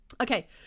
Okay